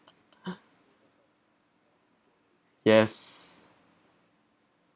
yes